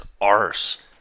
arse